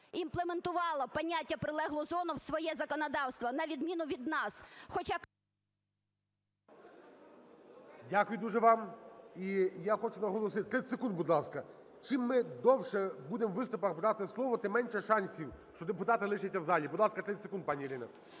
імплементувала поняття "прилегла зона" у своє законодавство, на відміну від нас.